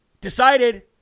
decided